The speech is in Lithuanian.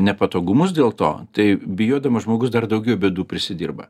nepatogumus dėl to tai bijodamas žmogus dar daugiau bėdų prisidirba